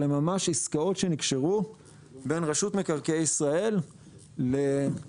אלה ממש עסקאות שנקשרו בין רשות מקרקעי ישראל ליזמים